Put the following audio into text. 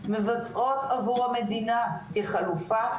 מבצעות עבור המדינה כחלופה,